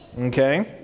okay